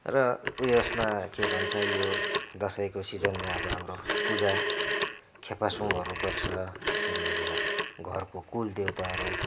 र उयेसमा के भन्छ यो दसैँको सिजनमा अब हाम्रो पूजा खेपासोङहरू गर्छ यसरी अब घरको कुलदेवताहरू